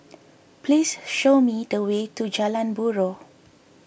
please show me the way to Jalan Buroh